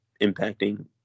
impacting